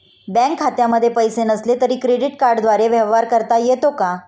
Bank खात्यामध्ये पैसे नसले तरी क्रेडिट कार्डद्वारे व्यवहार करता येतो का?